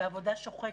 בעבודה שוחקת.